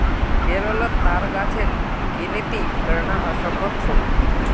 केरलोत ताड़ गाछेर गिनिती करना असम्भव छोक